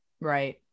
Right